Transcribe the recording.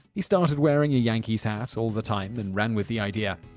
he started wearing a yankees hat all the time and ran with the idea.